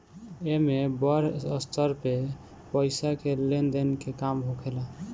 एमे बड़ स्तर पे पईसा के लेन देन के काम होखेला